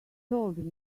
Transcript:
told